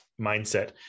mindset